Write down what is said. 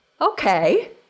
okay